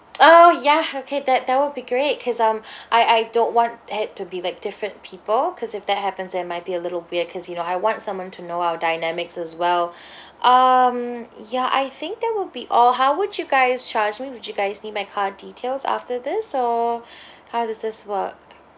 oh ya okay that that would be great because um I I don't want it to be like different people because if that happens then it might be a little weird because you know I want someone to know our dynamics as well um ya I think that will be all how would you guys charge me would you guys need my card details after this so how does this work